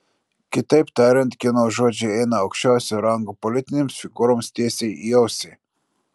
kitaip tariant kieno žodžiai eina aukščiausio rango politinėms figūroms tiesiai į ausį